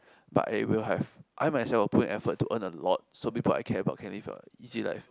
but I will have I myself will put effort to earn a lot so people I care about can live a easy life